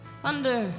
thunder